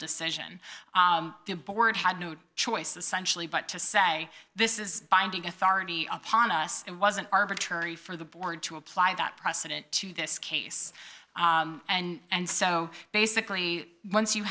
decision the board had no choice essentially but to say this is binding authority upon us and wasn't arbitrary for the board to apply that precedent to this case and so basically once you